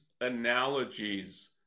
analogies